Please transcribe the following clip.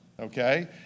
Okay